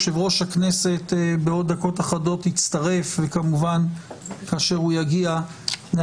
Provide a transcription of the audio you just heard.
בעוד דקות אחדות יצטרף אלינו יושב-ראש הכנסת,